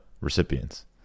recipients